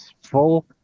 full